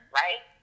right